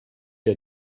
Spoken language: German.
der